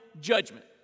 judgment